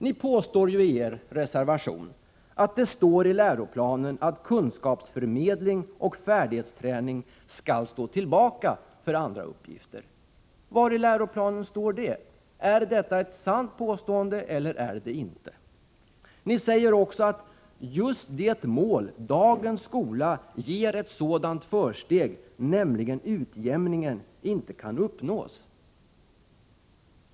Ni påstår i reservationen att det i läroplanen står att kunskapsförmedling och färdighetsträning skall stå tillbaka för andra uppgifter. Var i läroplanen står det? Är detta påstående sant eller inte? Ni säger också i reservation 1 att ”just det mål dagens skola ger ett sådant försteg, nämligen utjämningen, inte kan uppnås”.